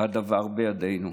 והדבר בידנו.